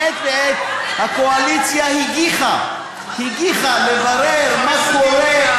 מעת לעת הקואליציה הגיחה לברר מה קורה,